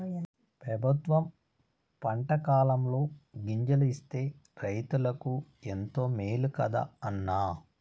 పెబుత్వం పంటకాలంలో గింజలు ఇస్తే రైతులకు ఎంతో మేలు కదా అన్న